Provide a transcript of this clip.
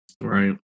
right